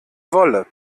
wolle